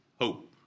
hope